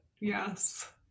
Yes